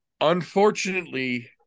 unfortunately